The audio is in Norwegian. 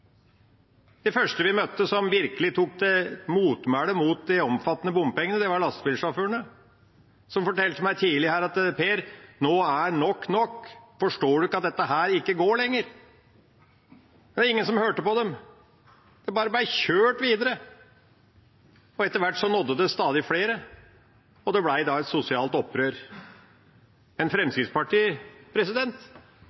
De første vi møtte som virkelig tok til motmæle mot de omfattende bompengene, var lastebilsjåførene, som tidlig fortalte meg: Per, nå er nok nok! Forstår du ikke at dette ikke går lenger? Det var ingen som hørte på dem. Det ble bare kjørt videre. Etter hvert nådde det stadig flere, og det ble et sosialt opprør. Fremskrittspartiet velger bare å kjøre på, for her skal en